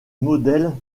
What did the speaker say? modèle